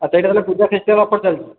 ଆଚ୍ଛା ଏଇଟା ତା'ହେଲେ ପୂଜା ଫେଷ୍ଟିଭାଲ୍ ଅଫର୍ ଚାଲିଛି